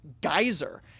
geyser